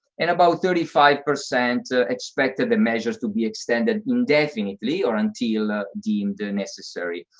and about thirty five percent expected the measures to be extended indefinitely or until ah deemed necessary.